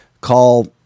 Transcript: call